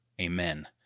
Amen